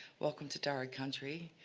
welcome to darug country.